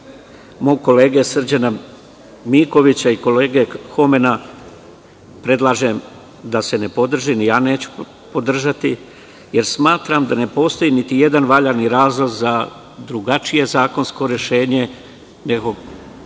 mog kolege Srđana Mikovića i kolege Homena predlažem da se ne podrži, jer smatram da ne postoji niti jedan valjani razlog za drugačije zakonsko rešenje nego kako